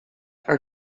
are